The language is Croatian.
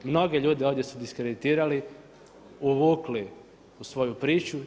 Mnoge ljude ovdje su diskreditirali, uvukli u svoju priču.